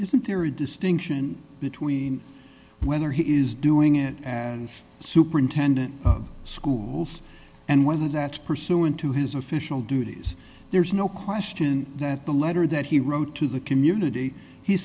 isn't there a distinction between whether he is doing it and superintendent of schools and whether that pursuant to his official duties there is no question that the letter that he wrote to the community he